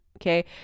okay